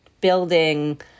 building